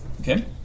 Okay